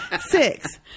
six